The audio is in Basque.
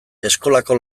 eskolako